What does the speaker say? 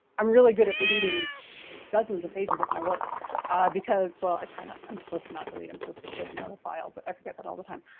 i'm really good at deleting dozens of pages of my work because, well i try not. i'm supposed to not delete. i'm supposed to put it in another file but i forget that all the time.